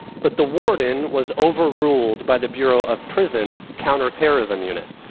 but the warden was overruled by the bureau of prison's counterterrorism unit,